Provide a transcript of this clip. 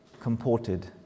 comported